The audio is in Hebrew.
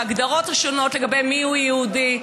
בהגדרות השונות לגבי מיהו יהודי.